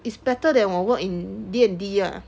is better than 我 work in D_N_D lah